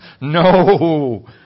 No